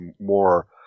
more